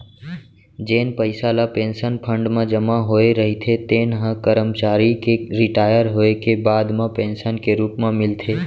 जेन पइसा ल पेंसन फंड म जमा होए रहिथे तेन ह करमचारी के रिटायर होए के बाद म पेंसन के रूप म मिलथे